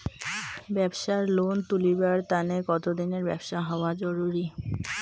ব্যাবসার লোন তুলিবার তানে কতদিনের ব্যবসা হওয়া জরুরি?